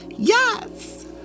Yes